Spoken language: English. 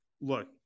look